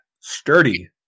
sturdy